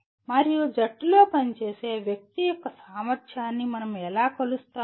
మరియు జట్టులో పని చేసే వ్యక్తి యొక్క సామర్థ్యాన్ని మనం ఎలా కొలుస్తాము